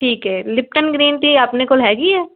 ਠੀਕ ਹੈ Lipton green tea ਆਪਣੇ ਕੋਲ ਹੈਗੀ ਹੈ